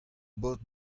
baotr